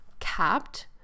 capped